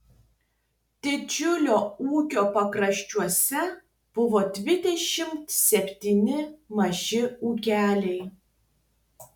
didžiulio ūkio pakraščiuose buvo dvidešimt septyni maži ūkeliai